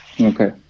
Okay